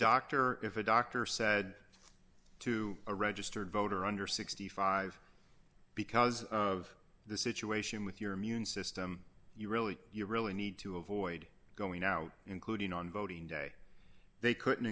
doctor if a doctor said to a registered voter under sixty five dollars because of the situation with your immune system you really you really need to avoid going out including on voting day they couldn't